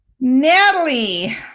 Natalie